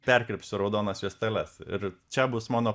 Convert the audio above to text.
perkirpsiu raudonas juosteles ir čia bus mano